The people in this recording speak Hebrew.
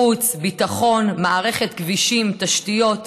חוץ, ביטחון, מערכת כבישים, תשתיות.